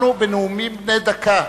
אנחנו בנאומים בני דקה.